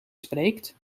spreekt